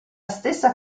stessa